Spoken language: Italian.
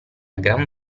gran